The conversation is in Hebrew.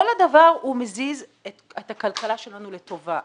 כל הדבר מזיז את הכלכלה שלנו לטובה.